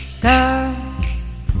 girls